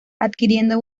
adquiriendo